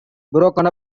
broken